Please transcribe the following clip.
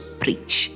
preach